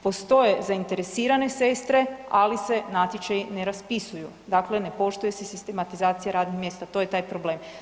Postoje zainteresirane sestre, ali se natječaji ne raspisuju, dakle ne poštuje se sistematizacija radnih mjesta, to je taj problem.